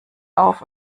auf